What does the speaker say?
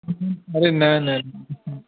अड़े न न